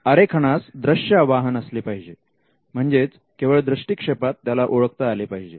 आरेखनास दृश्य आवाहन असले पाहिजे म्हणजेच केवळ दृष्टिक्षेपात त्याला ओळखता आले पाहिजे